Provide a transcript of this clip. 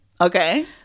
Okay